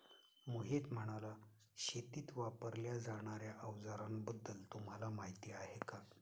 मोहित म्हणाला, शेतीत वापरल्या जाणार्या अवजारांबद्दल तुम्हाला माहिती आहे का?